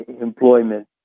employment